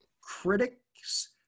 critics